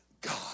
God